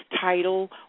title